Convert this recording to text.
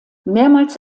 mehrmals